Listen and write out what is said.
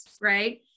right